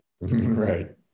Right